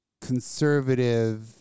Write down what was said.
conservative